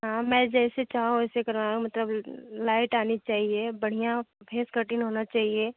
हाँ मैं जैसे चाहूँ वैसे करवाऊँ मतलब लाइट आनी चाहिए बढ़िया फेस कटिन होना चाहिए